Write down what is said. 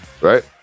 Right